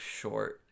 short